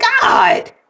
God